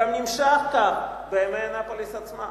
גם נמשך כך בימי אנאפוליס עצמה,